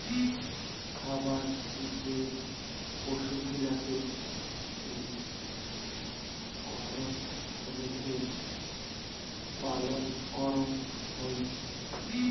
খারর যে পশুগিলাকে ঘরত রেখে পালন করঙ হউ